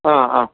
हा हा